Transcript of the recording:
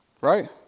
Right